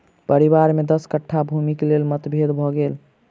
परिवार में दस कट्ठा भूमिक लेल मतभेद भ गेल